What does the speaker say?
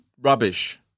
rubbish